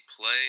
play